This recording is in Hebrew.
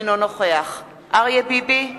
אינו נוכח אריה ביבי,